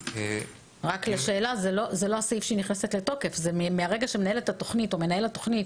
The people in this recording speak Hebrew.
זה לא הסעיף שהוועדה נכנסת לתוקף אלא מהרגע שמנהל התוכנית